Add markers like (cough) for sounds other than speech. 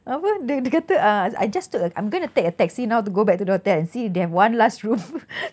apa dia dia kata uh I just took I'm going to take a taxi now to go back to the hotel and see they have one last room (noise)